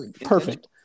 perfect